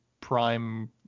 prime